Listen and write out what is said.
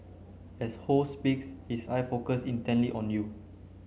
as Ho speaks his eye focus intently on you